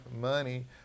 money